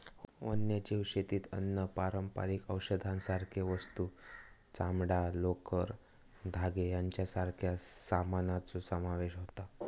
वन्यजीव शेतीत अन्न, पारंपारिक औषधांसारखे वस्तू, चामडां, लोकर, धागे यांच्यासारख्या सामानाचो समावेश होता